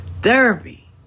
Therapy